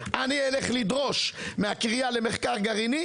אני אלך לדרוש מהקריה למחקר גרעיני,